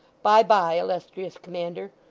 bye, bye, illustrious commander.